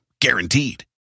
Guaranteed